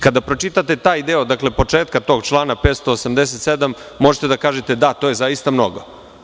Kada pročitate taj deo početka tog člana 587. možete da kažete – da, to je zaista mnogo.